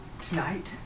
Tonight